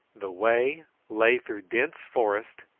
the way lay through dense forest,